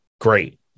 great